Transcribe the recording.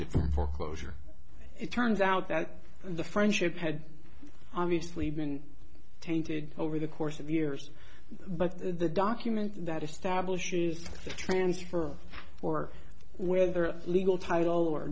from foreclosure it turns out that the friendship had obviously been tainted over the course of the years but the documents that establishes the transfer or whether legal title or